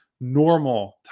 normal